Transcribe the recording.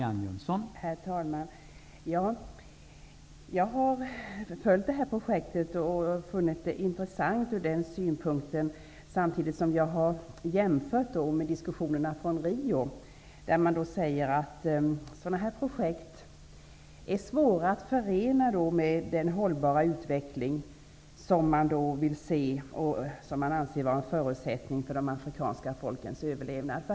Herr talman! Jag har följt detta projekt och funnit det mycket intressant. Samtidigt har jag jämfört med diskussionerna i Rio. Där sade man att sådana här projekt är svåra att förena med den hållbara utveckling som man anser vara en förutsättning för de afrikanska folkens överlevnad.